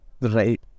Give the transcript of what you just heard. Right